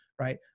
right